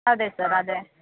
ಅದೆ ಸರ್ ಅದೆ